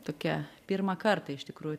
tokia pirmą kartą iš tikrųjų